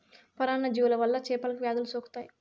పరాన్న జీవుల వల్ల చేపలకు వ్యాధులు సోకుతాయి